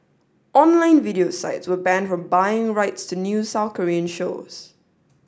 online video sites were banned from buying rights to new South Korean shows